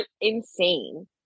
insane